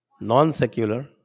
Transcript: non-secular